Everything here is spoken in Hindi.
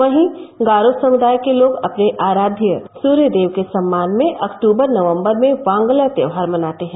वहीं गारो समुदाय के लोग अपने आराध्य सूर्यदेव के सम्मान में अक्टूबर नवम्बर में वांगला त्यौहार मनाते हैं